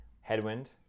Headwind